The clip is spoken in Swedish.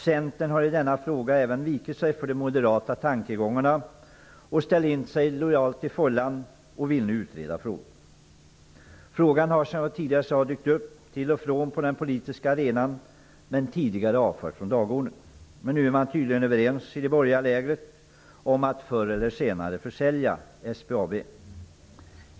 Centern har i denna fråga vikt sig för de moderata tankegångarna och lojalt ställt in sig i fållan. Centern vill nu utreda frågan. Frågan har, som jag tidigare sade, dykt upp till och från på den politiska arenan men tidigare avförts från dagordningen. Men nu är man tydligen överens i det borgerliga lägret om att förr eller senare försälja SBAB.